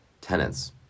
tenants